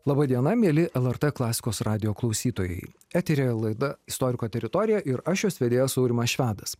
laba diena mieli lrt klasikos radijo klausytojai eteryje laida istoriko teritorija ir aš jos vedėjas aurimas švedas